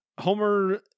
Homer